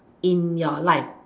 in your life